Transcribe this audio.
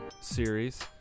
series